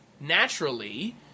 Naturally